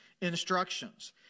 instructions